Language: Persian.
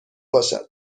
باشد